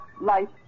life